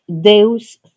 Deus